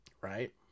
right